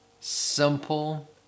Simple